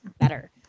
better